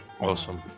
Awesome